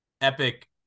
epic